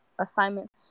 assignments